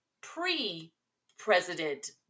pre-President